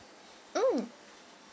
mm